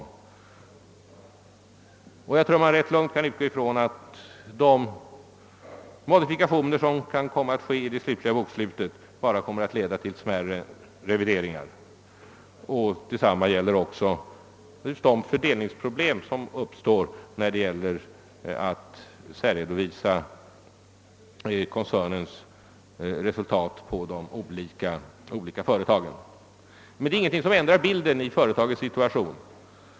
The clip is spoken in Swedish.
I fallet Durox tror jag att man rätt lugnt kan utgå från att de modifikationer som kan komma att ske i det slutliga bokslutet endast leder till smärre revideringar. Detsamma gäller de fördelningsproblem som uppstår då det blir fråga om att särredovisa koncernens resultat på de olika företagen. Det är ingenting som ändrar bilden av företagets situation.